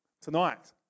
Tonight